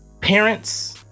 parents